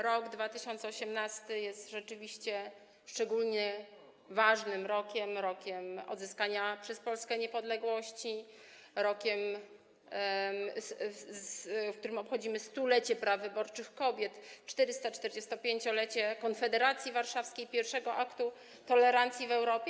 Rok 2018 jest rzeczywiście szczególnie ważnym rokiem - rokiem odzyskania przez Polskę niepodległości, rokiem, w którym obchodzimy 100-lecie praw wyborczych kobiet i 445-lecie konfederacji warszawskiej, pierwszego aktu tolerancji w Europie.